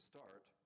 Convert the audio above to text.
start